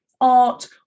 art